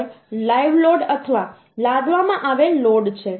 આગળ live load અથવા લાદવામાં આવેલ લોડ છે